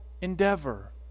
endeavor